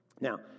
Now